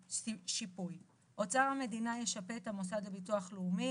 שיפוי 2. אוצר המדינה ישפה את המוסד לביטוח לאומי